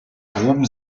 gruben